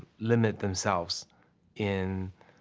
limit themselves in,